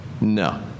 No